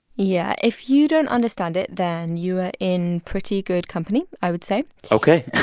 yeah. if you don't understand it, then you are in pretty good company, i would say ok